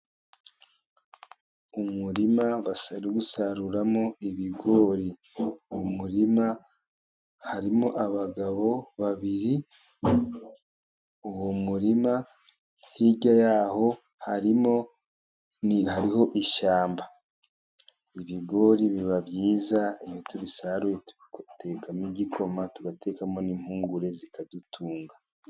Umurima bari gusaruramo ibigori. Mu muririma harimo abagabo babiri, uwo murima hirya ya ho harimo, hariho ishyamba. Ibigori biba byiza iyo tubirisaruye, dutekamo igikoma, tugatekamo n'inpungure zikadutunga.